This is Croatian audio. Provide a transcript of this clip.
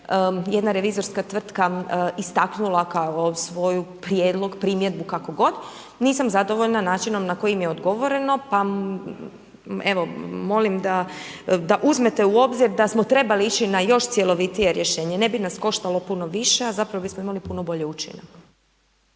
jedna revizorska tvrtka istaknula kao svoj prijedlog, primjedbu, kako god. Nisam zadovoljna načinom na koji mi je odgovoreno pa evo molim da uzmete u obzir da smo trebali ići na još cjelovitije rješenje. Ne ni nas koštalo puno više a zapravo bismo imali puno bolji učinak.